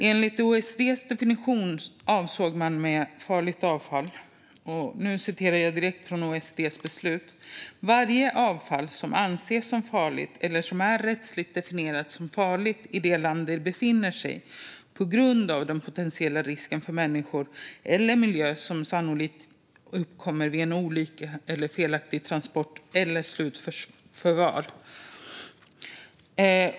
Enligt OECD:s beslut definierade man farligt avfall enligt följande: Varje avfall som anses som farligt eller som är rättsligt definierat som farligt i det land det befinner sig i på grund av den potentiella risken för människor eller miljö som sannolikt uppkommer vid en olycka, felaktig transport eller slutförvar.